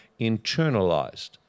internalized